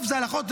בסוף אלה הלכות,